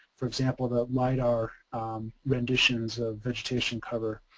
for example the lidar renditions of vegetation cover.